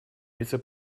вице